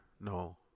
no